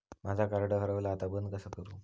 माझा कार्ड हरवला आता बंद कसा करू?